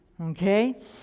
okay